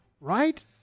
Right